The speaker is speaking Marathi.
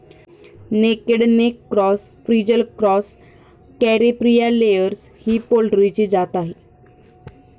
naked neck cross, frizzle cross, Caripriya layers ही पोल्ट्रीची जात आहे